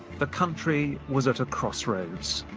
the country was at a crossroads.